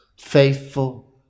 faithful